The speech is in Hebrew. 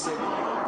בסדר.